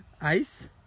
Ice